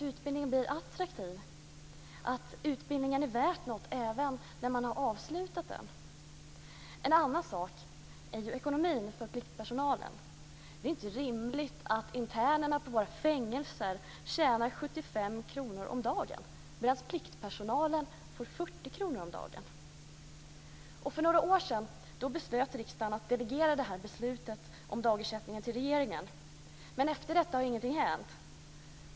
Utbildningen ska vara värd någonting även efter det att den har avslutats. En annan fråga är pliktpersonalens ekonomi. Det är inte rimligt att internerna på våra fängelser tjänar 75 kr om dagen, medan pliktpersonalen får 40 kr om dagen. För några år sedan beslöt riksdagen att delegera beslut om dagersättningen till regeringen, men efter detta har ingenting hänt.